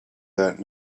that